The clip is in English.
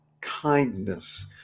kindness